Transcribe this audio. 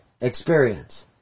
experience